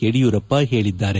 ಯಡಿಯೂರಪ್ಪ ಹೇಳಿದ್ದಾರೆ